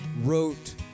wrote